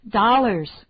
dollars